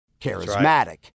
Charismatic